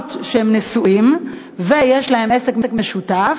זוגות נשואים שיש להם עסק משותף,